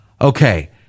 Okay